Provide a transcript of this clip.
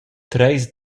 treis